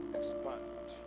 expand